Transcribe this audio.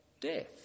death